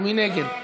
מי נגד?